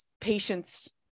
patience